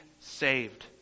saved